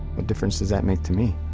difference does that make to me?